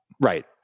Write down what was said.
Right